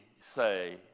say